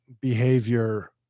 behavior